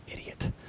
idiot